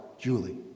Julie